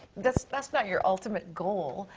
that's, that's not your ultimate goal,